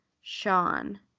Sean